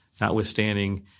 notwithstanding